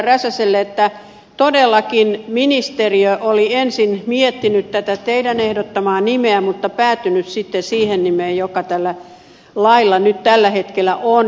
räsäselle että todellakin ministeriö oli ensin miettinyt tätä teidän ehdottamaanne nimeä mutta päätynyt sitten siihen nimeen joka tällä lailla nyt tällä hetkellä on